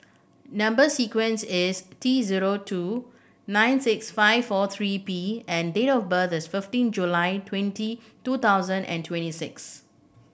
number sequence is T zero two nine six five four three P and date of birth is fifteen July twenty two thousand and twenty six